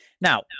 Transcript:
Now